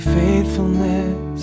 faithfulness